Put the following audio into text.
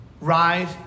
Rise